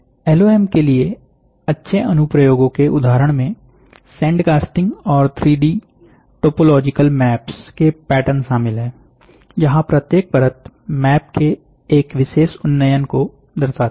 LOM के लिए अच्छे अनुप्रयोगों के उदाहरण में सैंड कास्टिंग और 3 डी टोपोलॉजिकल मैप्स के पैटर्न शामिल है जहां प्रत्येक परत मैप के एक विशेष उन्नयन को दर्शाती है